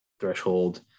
threshold